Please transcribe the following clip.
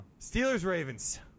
Steelers-Ravens